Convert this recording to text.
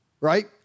right